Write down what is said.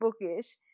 bookish